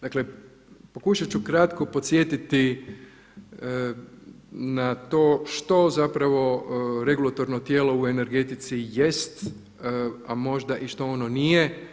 Dakle pokušati ću kratko posjetiti na to što zapravo regulatorno tijelo u energetici jest a možda i što ono nije.